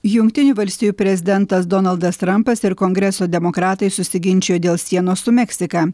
jungtinių valstijų prezidentas donaldas trampas ir kongreso demokratai susiginčijo dėl sienos su meksika